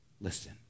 listen